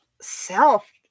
Self